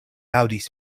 aŭdis